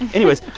anyways,